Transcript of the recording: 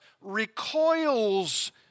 recoils